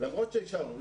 למרות שאישרנו.